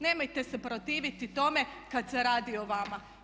Nemojte se protiviti tome kada se radi o vama.